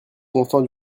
content